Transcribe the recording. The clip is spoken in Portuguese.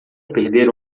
perder